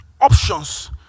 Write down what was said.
options